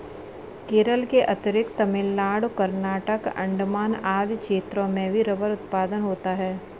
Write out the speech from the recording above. केरल के अतिरिक्त तमिलनाडु, कर्नाटक, अण्डमान आदि क्षेत्रों में भी रबर उत्पादन होता है